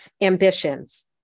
Ambitions